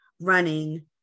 running